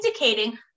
indicating